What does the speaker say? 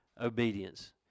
obedience